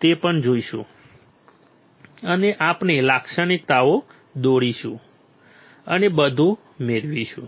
તે પણ જોઈશું અને આપણે લાક્ષણિકતાઓ દોરીશું અને બધું મેળવીશું